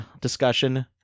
discussion